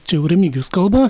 čia jau remigijus kalba